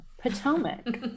potomac